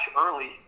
early